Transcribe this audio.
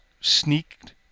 sneaked